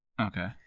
Okay